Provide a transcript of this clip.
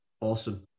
Awesome